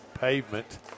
pavement